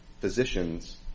physicians